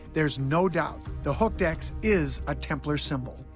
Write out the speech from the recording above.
there's no doubt the hooked x is a templar symbol.